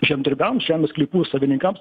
žemdirbiams žemės sklypų savininkams